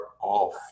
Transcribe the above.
off